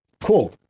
Cool